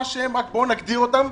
בואו נגדיר אותם,